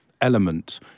element